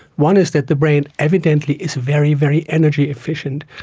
one is that the brain evidently is very, very energy efficient.